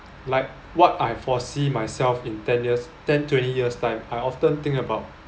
like what I foresee myself in ten years ten twenty years' time I often think about